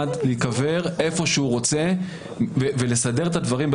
להיקבר איפה שהוא רוצה ולסדר את הדברים.